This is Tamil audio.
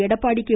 எடப்பாடி கே